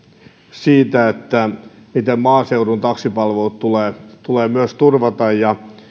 siitä miten myös maaseudun taksipalvelut tulee tulee turvata ja